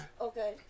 Okay